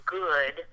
good